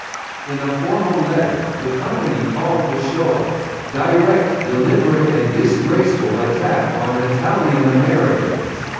in a formal letter, the company called the show a direct, deliberate and disgraceful attack on italian americans.